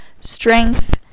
strength